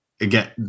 Again